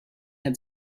had